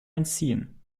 entziehen